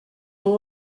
and